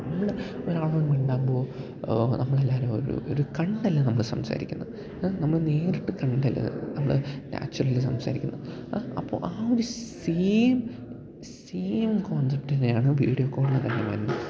നമ്മള് ഒരാളോട് മിണ്ടുമ്പോള് നമ്മളെല്ലാവരും ഒരു ഒരു കണ്ടല്ലെ നമ്മള് സംസാരിക്കുന്നത് നമ്മള് നേരിട്ട് കണ്ടല്ലെ നമ്മള് നാച്ചുറലി സംസാരിക്കുന്നത് അപ്പോള് ആ ഒരു സെയിം സെയിം കോൺസെപ്റ്റ് തന്നെയാണ് വീഡിയോ കോളിനകത്ത് വരുന്നത്